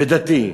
ודתי.